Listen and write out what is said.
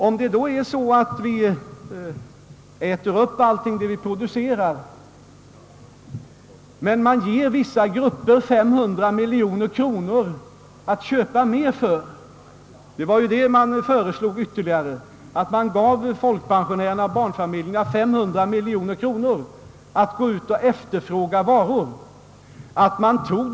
Om vi äter upp allt det som vi producerar och ger vissa grupper 500 miljoner kronor mer att köpa för — förslaget innebar ju att man gav folkpensionärerna och barnfamiljerna 500 miljoner kronor att gå ut och efterfråga varor för — betyder detta en ökad efterfrågan, men tillgången av varor blir oförändrad.